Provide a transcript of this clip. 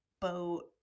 boat